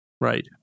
Right